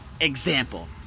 example